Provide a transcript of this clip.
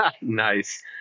nice